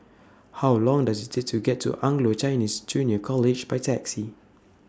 How Long Does IT Take to get to Anglo Chinese Junior College By Taxi